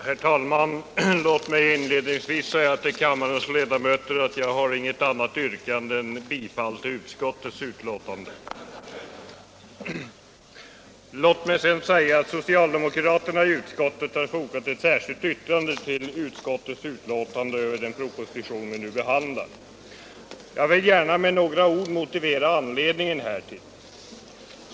Herr talman! Låt mig inledningsvis säga till kammarens ledamöter att jag har inget annat yrkande än bifall till utskottets hemställan. Sociaidemokraterna i jordbruksutskottet har fogat ett särskilt yttrande till det betänkande vi nu behandlar. Jag vill med några ord lämna en motivering härtill.